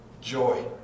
joy